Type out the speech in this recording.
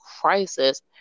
crisis